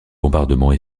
bombardements